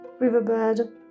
riverbed